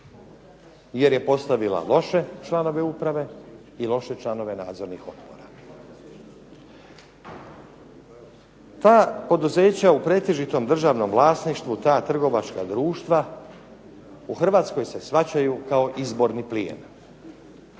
Jer je postavila loše članove uprave i loše članove nadzornih odbora. Ta poduzeća u pretežitom državnom vlasništvu, ta trgovačka društva u Hrvatskoj se shvaćaju kao izborni plijen.